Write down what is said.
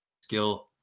skill